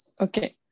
Okay